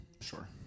Sure